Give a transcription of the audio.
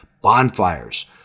Bonfires